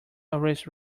always